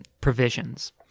provisions